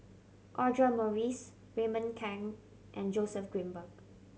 Audra Morrice Raymond Kang and Joseph Grimberg